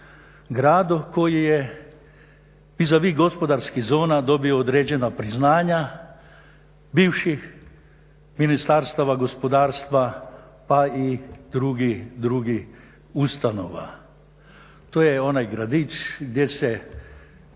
gradu koji je vizavi gospodarskih zona dobio određena priznanja, bivših Ministarstava gospodarstva pa i drugih ustanova. To je onaj gradić gdje se